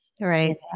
Right